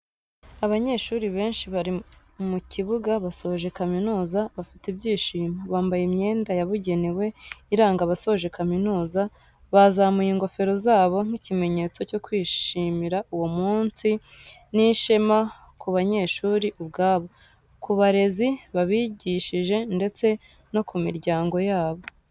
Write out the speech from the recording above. Abanyeshuri benshi bari mu kibuga basoje kamizuza bafite ibyishimo, bambaye imyenda yabugenewe iranga abasoje kaminuza bazamuye ingofero zabo nk'ikimenyetso cyo kwishimira uwo munsi, ni ishema ku banyeshuri ubwabo, ku barezi babigishije ndetse no ku miryango yabo.